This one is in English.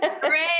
Great